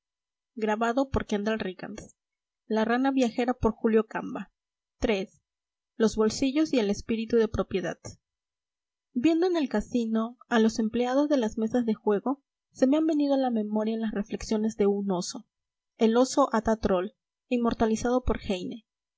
corrientes iii los bolsillos y el espíritu de propiedad viendo en el casino a los empleados de las mesas de juego se me han venido a la memoria las reflexiones de un oso el oso atta troll inmortalizado por heine